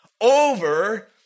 over